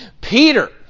Peter